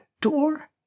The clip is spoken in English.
door